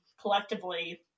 collectively